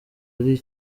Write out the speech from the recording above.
ari